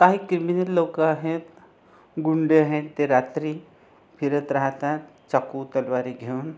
काही क्रिमिनल लोक आहेत गुंड आहेत ते रात्री फिरत राहतात चाकू तलवारी घेऊन